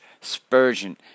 Spurgeon